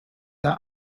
are